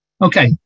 Okay